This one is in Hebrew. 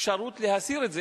אפשרות להסיר את זה.